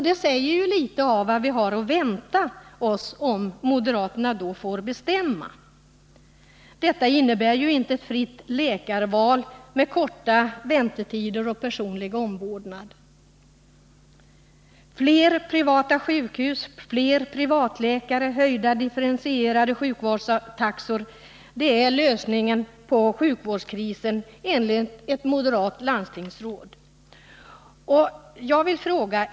Det säger litet om vad vi har att vänta oss om moderaterna får bestämma. Detta innebär inte ett fritt läkarval med korta väntetider och personlig omvårdnad. Fler privata sjukhus, fler privata läkare, höjda differentierade sjukvårdstaxor — det är lösningen på sjukvårdskrisen enligt ett moderat landstingsråd.